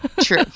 True